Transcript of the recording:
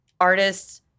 artists